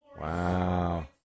Wow